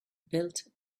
built